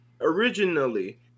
Originally